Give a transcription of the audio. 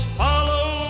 follow